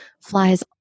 flies